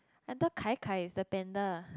I thought Kai-Kai is the panda